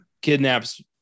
kidnaps